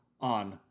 on